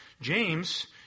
James